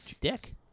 Dick